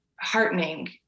heartening